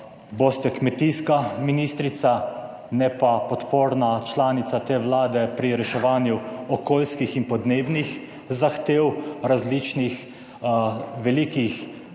boste kmetijska ministrica ne pa podporna članica te Vlade pri reševanju okolijskih in podnebnih zahtev različnih velikih